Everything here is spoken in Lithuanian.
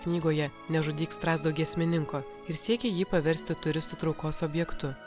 knygoje nežudyk strazdo giesmininko ir siekia jį paversti turistų traukos objektu